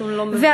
נתון לא מבוטל.